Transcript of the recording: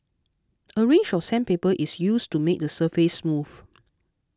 a range of sandpaper is used to make the surface smooth